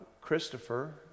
Christopher